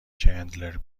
چندلر